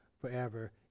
forever